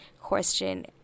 question